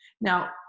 Now